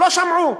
לא שמעו,